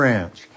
Ranch